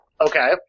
Okay